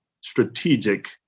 strategic